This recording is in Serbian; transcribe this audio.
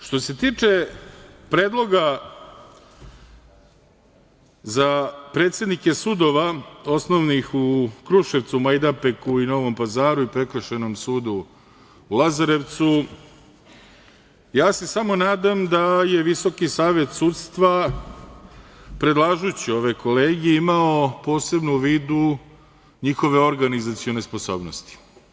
Što se tiče predloga za predsednike sudova osnovnih u Kruševcu, Majdanpeku i Novom Pazaru i Prekršajnom sudu u Lazarevcu, ja se samo nadam da je Visoki savet sudstva predlažući ove kolege imao posebno u vidu njihove organizacione sposobnosti.